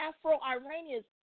Afro-Iranians